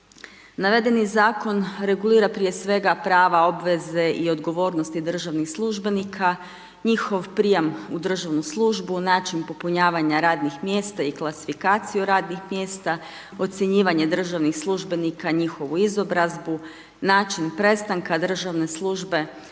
Navedeni Zakon regulira prije svega, prava, obveze i odgovornosti državnih službenika, njihov prijam u državnu službu, način popunjavanja radnih mjesta i klasifikaciju radnih mjesta, ocjenjivanje državnih službenika, njihovu izobrazbu, način prestanka državne službe,